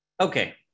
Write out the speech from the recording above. Okay